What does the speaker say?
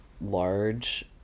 large